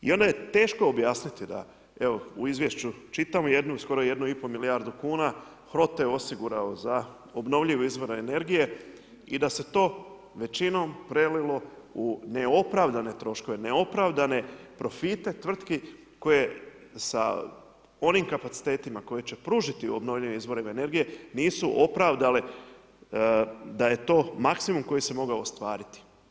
I onda je teško objasniti da, evo u izvješću čitamo skoro jednu i pol milijardu kuna … je osigurao za obnovljive izvore energije i da se to većinom prelilo u neopravdane troškove, neopravdane profite tvrtki koje sa onim kapacitetima koji će pružiti obnovljivim izvorima energije, nisu opravdale da je to maksimum koji se mogao ostvariti.